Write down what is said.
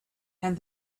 and